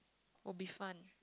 will be fun